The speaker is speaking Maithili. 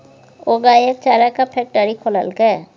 ओ गायक चाराक फैकटरी खोललकै